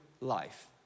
life